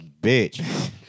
bitch